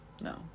No